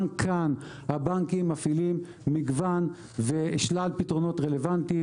גם כאן, הבנקים מפעילים שלל פתרונות רלוונטיים.